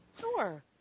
Sure